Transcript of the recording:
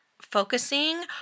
focusing